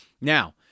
Now